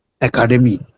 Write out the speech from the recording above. Academy